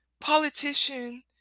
politician